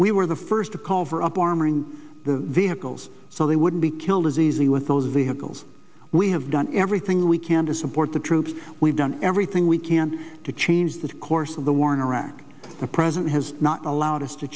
we were the first to call for up armoring the vehicles so they wouldn't be killed as easily with those vehicles we have done everything we can to support the troops we've done everything we can to change the course of the war in iraq the president has not allowed us to